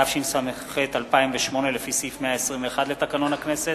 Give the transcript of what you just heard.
התשס"ח 2008, לפי סעיף 121 לתקנון הכנסת,